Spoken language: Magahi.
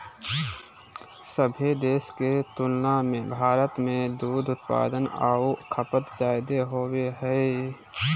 सभे देश के तुलना में भारत में दूध उत्पादन आऊ खपत जादे होबो हइ